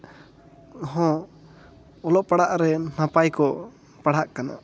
ᱦᱚᱸ ᱚᱞᱚᱜ ᱯᱟᱲᱦᱟᱜ ᱨᱮ ᱱᱟᱯᱟᱭ ᱠᱚ ᱯᱟᱲᱦᱟᱜ ᱠᱟᱱᱟ